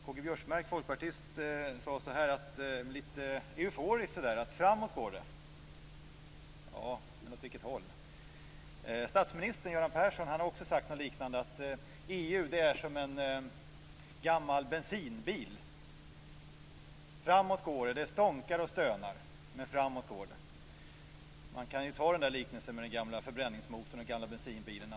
K-G Biörsmark, folkpartist, sade litet euforiskt att det går framåt. Men åt vilket håll? Statsministern har sagt något liknande, nämligen att EU är som en gammal bensindriven bil. Det går framåt. Det stånkar och stönar. Men framåt går det. Låt oss ta liknelsen med den gamla förbränningsmotorn och den gamla bensindrivna bilen.